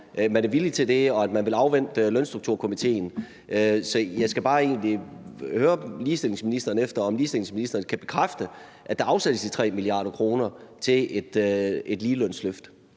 man er villig til det, og man vil afvente Lønstrukturkomitéen. Så jeg skal egentlig bare høre ligestillingsministeren, om ligestillingsministeren kan bekræfte, at der afsættes 3 mia. kr. til et ligelønsløft.